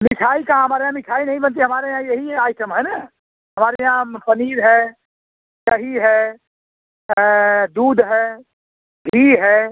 मिठाई का हमारे यहाँ मिठाई नहीं बनती हमारे यहाँ यही आइटम है ना हमारे यहाँ पनीर है दही है दूध है घी है